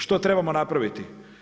Što trebamo napraviti?